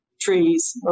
trees